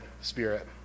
spirit